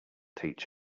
teach